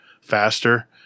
faster